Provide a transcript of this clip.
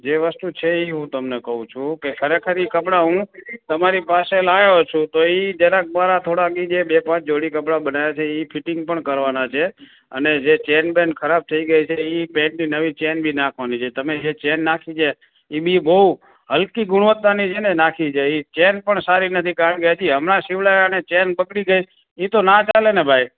જે વસ્તુ છે એ હું તમને કહું છું કે ખરેખર એ કપડાં હું તમારી પાસે લાવ્યો છું તો એ જરાક મારાં થોડાક એ જે બે પાંચ જોડી કપડાં બનાવ્યા છે એ ફિટિંગ પણ કરવાનાં છે અને જે ચેન બેન ખરાબ થઈ ગઈ છે એ પેન્ટની નવી ચેન બી નાંખવાની છે તમે એ ચેન નાખી છે એ બી બહુ હલકી ગુણવત્તાની છે ને નાંખી છે એ ચેન પણ સારી નથી કારણકે હજી હમણાં સિવડાવ્યા ને ચેન બગડી ગઈ એ તો ના ચાલે ને ભાઈ